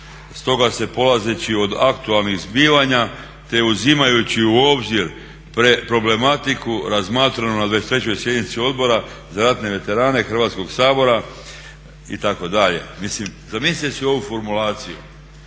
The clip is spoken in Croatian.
stoga se polazeći od aktualnih zbivanja te uzimajući u obzir problematiku razmatranu na 23. sjednici Odbora za ratne veterane Hrvatskog sabora itd.. Mislim zamislite si ovu formulaciju,